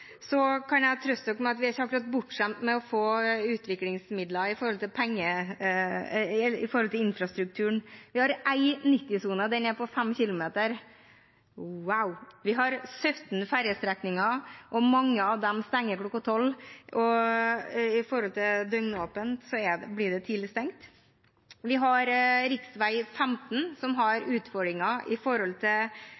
kan jeg trøste dere med at vi ikke akkurat er bortskjemt med å få utviklingsmidler når det gjelder infrastrukturen. Vi har én 90-sone. Den er på 5 km – wow! Vi har 17 ferjestrekninger, og mange av dem stenger kl. 12. Med tanke på døgnåpent blir det tidlig stengt. Vi har rv. 15, som har